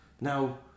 now